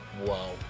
Wow